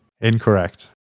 Incorrect